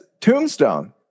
Tombstone